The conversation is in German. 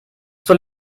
zur